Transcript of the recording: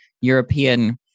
European